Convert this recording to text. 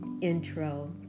intro